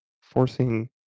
forcing